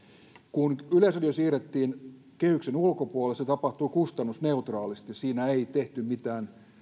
kun yleisradio siirrettiin kehyksen ulkopuolelle se tapahtui kustannusneutraalisti tässä yhteydessä ei tehty mitään